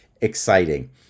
exciting